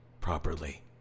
properly